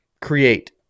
create